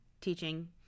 teaching